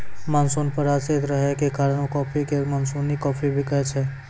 monsoon पर आश्रित रहै के कारण कॉफी कॅ मानसूनी कॉफी भी कहै छै